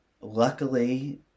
Luckily